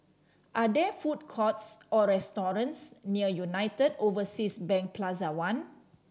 are there food courts or restaurants near United Overseas Bank Plaza One